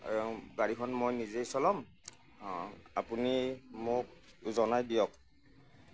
গাড়ীখন মই নিজে চলাম আপুনি মোক জনায় দিয়ক